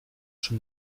schon